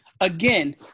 Again